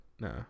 No